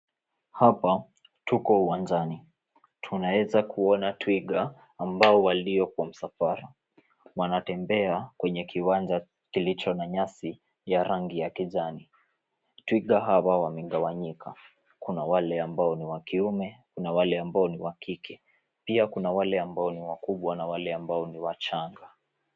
Hapa tuko uwanjani, tunaweza kuona twiga ambao walio kwa msafara. Wanatembea kwenye kiwanja kilicho na nyasi ya rangi ya kijani. Twiga hawa wamegawanyika, kuna wale ambao ni wa kiume, kuna wale ambao ni wa kike. Pia kuna wale ambao ni wakubwa na wale ambao ni wachanga.